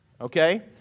Okay